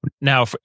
now